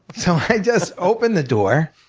so i just opened the door,